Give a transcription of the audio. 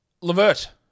Levert